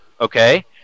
okay